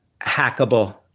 hackable